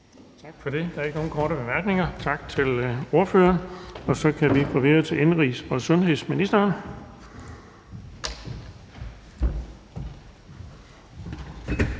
Bonnesen): Der er ikke nogen korte bemærkninger. Tak til ordføreren. Så kan vi gå videre til indenrigs- og sundhedsministeren.